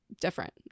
different